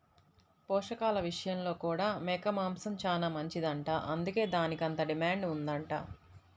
పోషకాల విషయంలో కూడా మేక మాంసం చానా మంచిదంట, అందుకే దానికంత డిమాండ్ ఉందంట